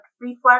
reflex